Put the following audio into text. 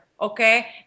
okay